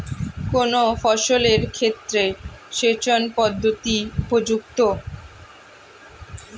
কোন ফসলের ক্ষেত্রে সেচন পদ্ধতি উপযুক্ত?